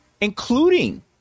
including –